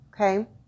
Okay